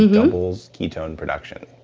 and doubles ketone production,